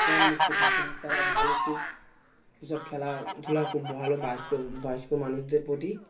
pan মুক্ত থাকেন তারা ভালো খুব এসব খেলাধুলা খুব ভালো বায়েস্ক বয়েস্ক মানুষদের প্রতি